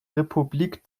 republik